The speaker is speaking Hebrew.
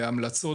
אלה המלצות,